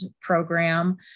program